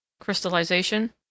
Crystallization